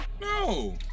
No